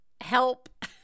help